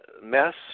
mess